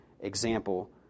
example